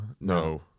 no